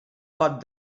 pot